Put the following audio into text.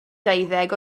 deuddeg